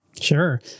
Sure